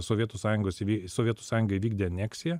sovietų sąjungos sovietų sąjunga įvykdė aneksiją